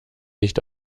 nicht